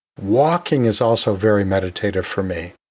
walking is also very meditative for me.